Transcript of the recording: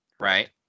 Right